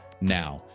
now